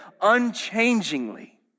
unchangingly